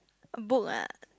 a book ah